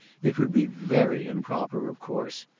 it would be very improper of course.